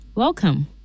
Welcome